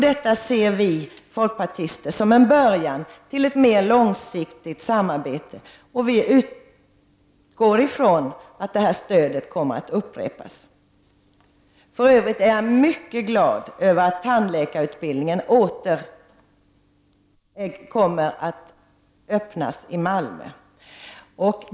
Detta ser vi folkpartister som en början till ett mer långsiktigt samarbete. Vi utgår från att tilldelningen av detta stöd kommer att upprepas. För övrigt är jag mycket glad över att tandläkarutbildningen åter kommer att öppnas i Malmö.